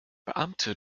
beamte